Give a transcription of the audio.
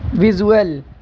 visual